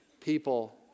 people